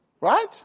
Right